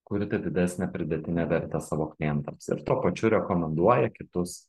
kurti didesnę pridėtinę vertę savo klientams ir tuo pačiu rekomenduoja kitus